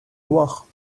loire